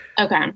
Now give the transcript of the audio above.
Okay